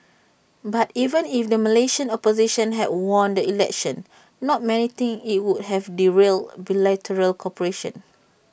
but even if the Malaysian opposition had won the election not many think IT would have derailed bilateral cooperation